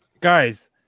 Guys